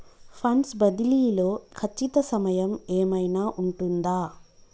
Funds బదిలీ లో ఖచ్చిత సమయం ఏమైనా ఉంటుందా?